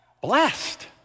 blessed